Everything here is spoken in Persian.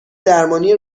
درمانی